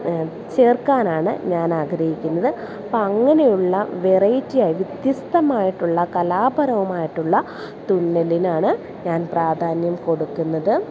ചേർക്കാനാണ് ഞൻ ആഗ്രഹിക്കുന്നത് അപ്പം അങ്ങനെയുള്ള വെറൈറ്റിയായി വ്യത്യസ്തമായിട്ടുള്ള കലാപരവുമായിട്ടുള്ള തുന്നലിനാണ് ഞാൻ പ്രാധാന്യം കൊടുക്കുന്നത്